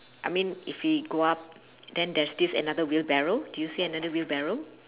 I mean if we go up then there's this another wheelbarrow do you see another wheelbarrow